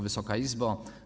Wysoka Izbo!